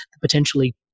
potentially